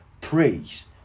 praise